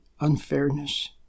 unfairness